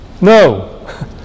No